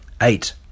eight